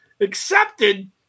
accepted